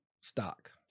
stock